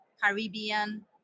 Caribbean